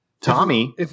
Tommy